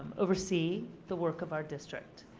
oversee the work of our district.